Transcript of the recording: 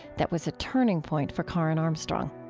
that was a turning point for karen armstrong